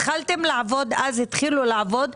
התחלתם לעבוד, אז התחילו לעבוד.